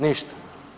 Ništa.